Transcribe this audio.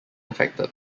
affected